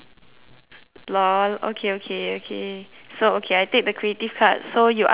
lol okay okay okay so okay I take the creative card so you ask the question lah